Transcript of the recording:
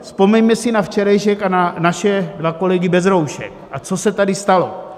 Vzpomeňme si na včerejšek a na naše dva kolegy bez roušek, a co se tady stalo.